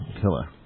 killer